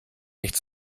nicht